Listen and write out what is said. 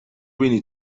بینی